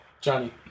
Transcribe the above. Johnny